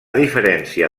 diferència